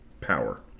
power